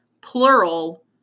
plural